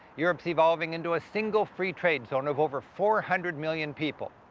europe's evolving into a single free trade zone of over four hundred million people,